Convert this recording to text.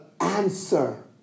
answer